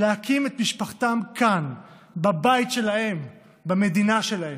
להקים את משפחתם כאן, בבית שלהם, במדינה שלהם.